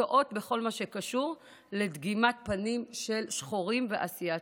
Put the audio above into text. טועות בכל מה שקשור לדגימת פנים של שחורים ואסיאתיים.